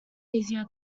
easier